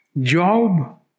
Job